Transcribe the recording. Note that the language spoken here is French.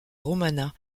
romana